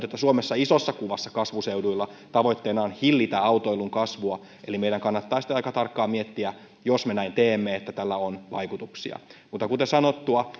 että suomessa isossa kuvassa kasvuseuduilla tavoitteena on hillitä autoilun kasvua meidän kannattaa sitten aika tarkkaan miettiä jos me näin teemme että tällä on vaikutuksia mutta kuten sanottua